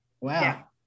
Wow